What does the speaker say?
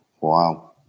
Wow